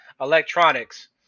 electronics